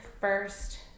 first